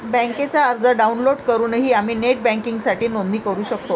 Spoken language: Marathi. बँकेचा अर्ज डाउनलोड करूनही आम्ही नेट बँकिंगसाठी नोंदणी करू शकतो